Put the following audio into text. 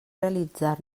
realitzar